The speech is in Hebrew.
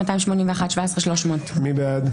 16,941 עד 16,960. מי בעד?